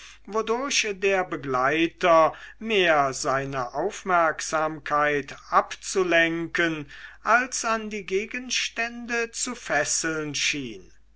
wodurch der begleiter mehr seine aufmerksamkeit abzulenken als an die gegenstände zu fesseln schien